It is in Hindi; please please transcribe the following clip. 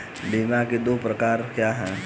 बीमा के दो प्रकार क्या हैं?